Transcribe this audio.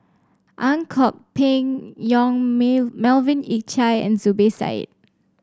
Ang Kok Peng Yong Melvin Yik Chye and Zubir Said